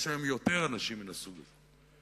יש היום יותר אנשים מהסוג הזה.